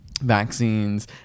vaccines